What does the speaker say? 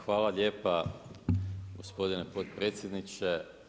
Hvala lijepa gospodine potpredsjedniče.